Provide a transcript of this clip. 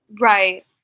Right